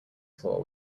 floor